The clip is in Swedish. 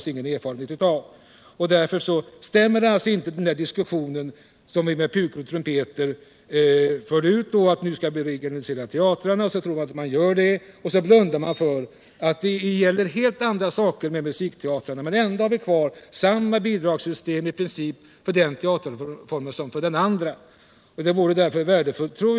Därför stämmer alltså inte talet som vi förde ut med pukor och trumpeter om att vi skulle regionalisera teatern. Man tror att man gör det, men man blundar för att helt andra saker gäller i fråga om musikteatrarna. Ändå har vi kvar i princip samma bidragssystem för den teaterformen.